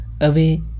away